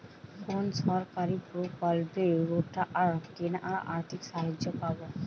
কোন সরকারী প্রকল্পে রোটার কেনার আর্থিক সাহায্য পাব?